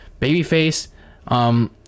babyface